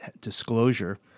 disclosure